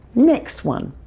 next one.